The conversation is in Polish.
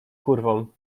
kurwą